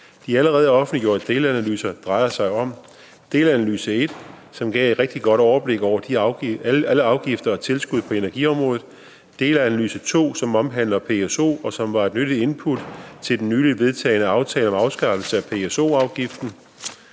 De allerede offentliggjorte delanalyser er delanalyse 1, som gav et rigtig godt overblik over alle afgifter og tilskud på energiområder; delanalyse 2, som omhandler PSO og var et nyttigt input til den nyligt vedtagne aftale om afskaffelse af PSO-afgiften;